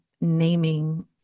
naming